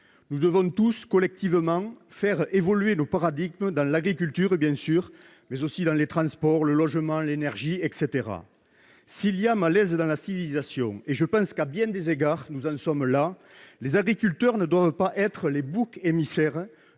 Nous devons tous, collectivement, faire évoluer nos paradigmes, dans l'agriculture, bien sûr, mais aussi dans les transports, le logement, ou encore l'énergie. S'il y a malaise dans la civilisation- j'estime qu'à bien des égards nous en sommes là -, les agriculteurs ne doivent pas être les boucs émissaires